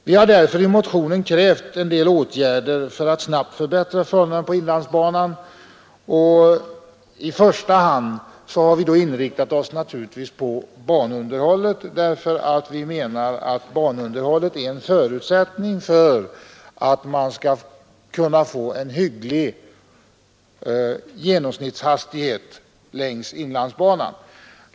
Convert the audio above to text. Vi har därför i motionen 48 krävt en del åtgärder för att snabbt förbättra förhållandena på inlandsbanan, och i första hand har vi då naturligtvis inriktat oss på banunderhållet, därför att vi menar att banunderhållet är en förutsättning för att kunna få en hygglig genomsnittshastighet längs inlandsbanan.